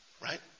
right